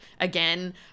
again